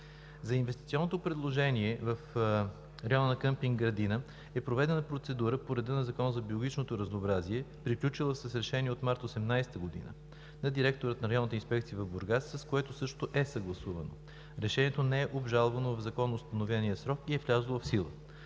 За инвестиционното предложение в района на къмпинг „Градина“ е проведена процедура по реда на Закона за биологичното разнообразие, приключила с решение от март 2018 г. на директора на Районната инспекция в Бургас, с което същото е съгласувано. Решението не е обжалвано в законоустановения срок и е влязло в сила.